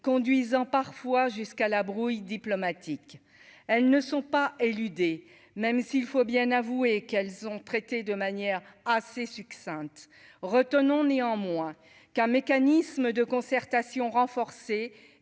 conduisant parfois jusqu'à la brouille diplomatique, elles ne sont pas éluder, même s'il faut bien avouer qu'elles ont traité de manière assez succinctes, retenons néanmoins qu'un mécanisme de concertation renforcée